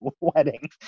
wedding